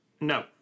No